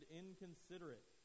inconsiderate